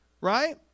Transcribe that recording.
Right